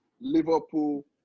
Liverpool